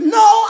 no